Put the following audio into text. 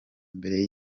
mbere